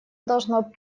должно